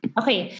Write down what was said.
okay